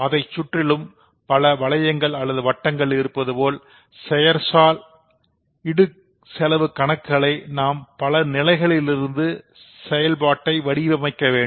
அதைச் சுற்றியும் பல வட்டங்கள் இருப்பதுபோல் செயல்சார் இடுசெலவு கணக்குகளை நாம் பல நிலைகளில் இருந்து செயல்பாட்டை வடிவமைக்க வேண்டும்